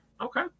okay